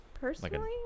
personally